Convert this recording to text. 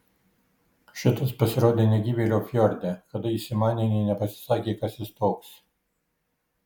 šitas pasirodė negyvėlio fjorde kada įsimanė nė nepasisakė kas jis toks